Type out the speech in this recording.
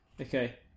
Okay